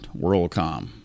WorldCom